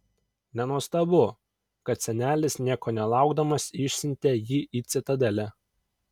nenuostabu kad senelis nieko nelaukdamas išsiuntė jį į citadelę